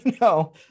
No